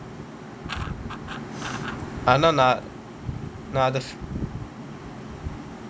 ஆனா நான்:aanaa naan